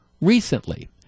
recently